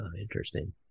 Interesting